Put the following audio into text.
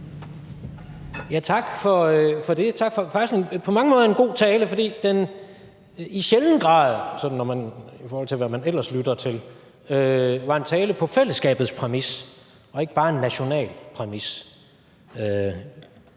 Tak for en på mange måder en god tale, fordi den i sjælden grad – i forhold til hvad man ellers lytter til – var en tale på fællesskabets præmis og ikke bare på en national præmis,